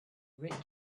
rich